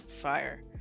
fire